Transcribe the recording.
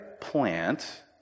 plant